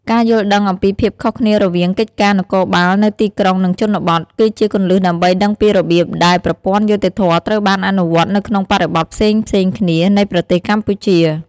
ការយល់ដឹងអំពីភាពខុសគ្នារវាងកិច្ចការនគរបាលនៅទីក្រុង និងជនបទ គឺជាគន្លឹះដើម្បីដឹងពីរបៀបដែលប្រព័ន្ធយុត្តិធម៌ត្រូវបានអនុវត្តនៅក្នុងបរិបទផ្សេងៗគ្នានៃប្រទេសកម្ពុជា។